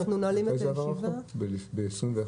מתי עבר החוק, ב-2021?